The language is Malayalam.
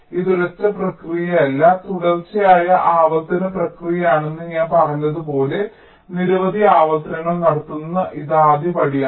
ഇത് ഒരൊറ്റ പ്രക്രിയയല്ല തുടർച്ചയായ ആവർത്തന പ്രക്രിയയാണെന്ന് ഞാൻ പറഞ്ഞതുപോലെ നിരവധി ആവർത്തനങ്ങൾ നടത്തുന്നു ഇത് ആദ്യപടിയാണ്